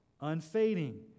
unfading